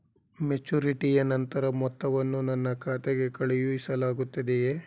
ಮೆಚುರಿಟಿಯ ನಂತರ ಮೊತ್ತವನ್ನು ನನ್ನ ಖಾತೆಗೆ ಕಳುಹಿಸಲಾಗುತ್ತದೆಯೇ?